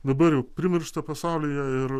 dabar jau primiršta pasaulyje ir